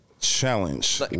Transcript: challenge